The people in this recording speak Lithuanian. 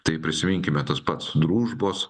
tai prisiminkime tas pats družbos